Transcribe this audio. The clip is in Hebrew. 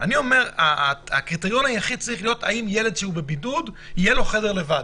אני אומר שהקריטריון היחיד צריך להיות האם לילד שבבידוד יש חדר לבד.